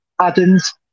Adams